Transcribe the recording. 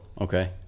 Okay